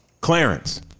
Clarence